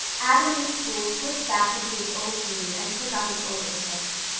avonlea school slipped back into its old groove and took up its old interests.